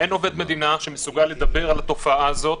אין עובד מדינה שמסוגל לדבר על התופעה הזאת